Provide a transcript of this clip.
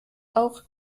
auch